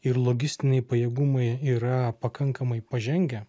ir logistiniai pajėgumai yra pakankamai pažengę